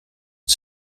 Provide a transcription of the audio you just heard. het